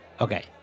Okay